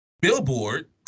Billboard